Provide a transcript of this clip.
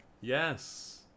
Yes